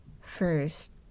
first